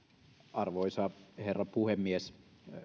arvoisa herra puhemies